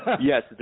Yes